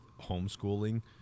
homeschooling